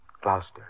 Gloucester